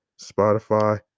Spotify